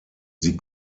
sie